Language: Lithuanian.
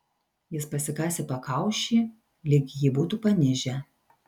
jis pasikasė pakaušį lyg jį būtų panižę